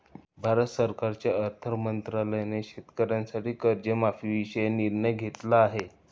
भारत सरकारच्या अर्थ मंत्रालयाने शेतकऱ्यांच्या कर्जमाफीविषयी निर्णय घेतला आहे